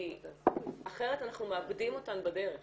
אחרת אנחנו מאבדים אותן בדרך.